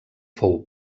fou